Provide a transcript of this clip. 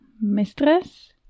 mistress